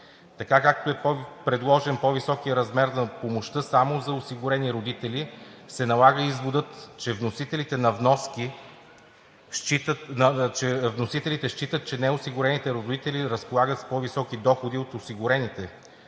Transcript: Така, както е предложен по-високият размер на помощта само за осигурени родители, се налага изводът, че вносителите считат, че неосигурените родители разполагат с по-високи доходи от осигурените,